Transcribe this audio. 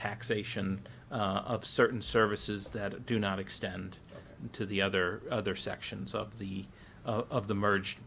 taxation of certain services that do not extend to the other other sections of the of the merge